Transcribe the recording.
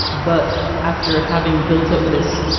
but after having built up this,